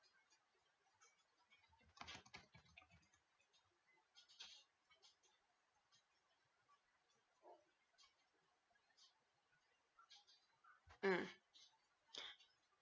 mm